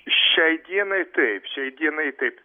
šiai dienai taip šiai dienai taip